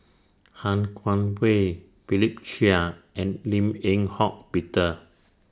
Han Guangwei Philip Chia and Lim Eng Hock Peter